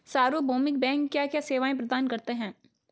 सार्वभौमिक बैंक क्या क्या सेवाएं प्रदान करते हैं?